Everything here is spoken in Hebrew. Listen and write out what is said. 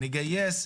נגייס,